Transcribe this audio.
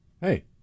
Hey